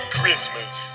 Christmas